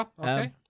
okay